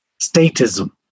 statism